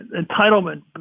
entitlement